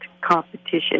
competition